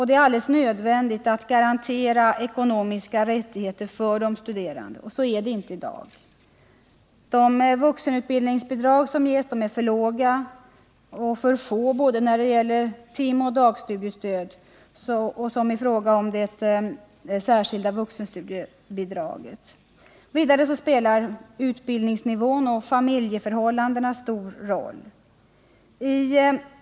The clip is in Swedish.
Det är alldeles nödvändigt att garantera ekonomiska rättigheter för de studerande, och så är det inte i dag. De vuxenutbildningsbidrag som ges är för låga och för få när det gäller både timoch dagstudiestöd och det särskilda vuxenutbildningsbidraget. För det andra spelar utbildningsnivån och familjeförhållandena stor roll.